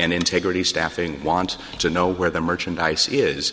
and integrity staffing want to know where the merchandise is